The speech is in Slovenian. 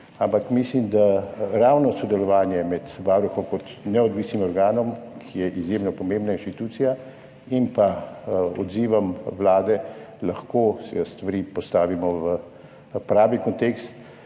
Ampak mislim, da ravno sodelovanje med Varuhom kot neodvisnim organom, ki je izjemno pomembna inštitucija, in pa odzivom Vlade lahko stvari postavi v pravi kontekst.